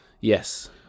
Yes